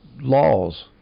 laws